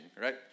right